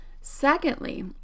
Secondly